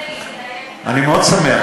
אני מאוד שמח,